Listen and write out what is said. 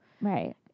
Right